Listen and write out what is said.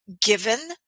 given